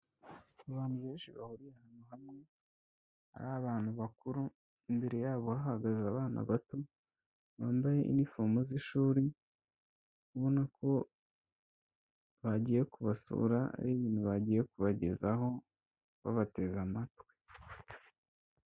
Abantu benshi bahuriye ahantu hamwe ari abantu bakuru, imbere yabo hahagaze abana bato bambaye inifomo z'ishuri, ubona ko bagiye kubasura, hari ibintu bagiye kubagezaho babateze amatwi.